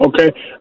Okay